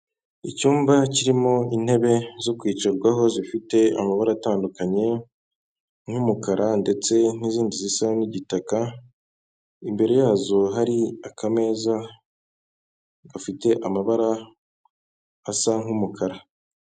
Icyumba kirimo intebe zo kwicarwaho, zifite amabara atandukanye y'umukara, ndetse n'izindi zisa n'igitaka, imbere yazo hari akameza gafite amabara asa nk'umukara.